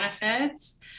benefits